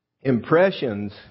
Impressions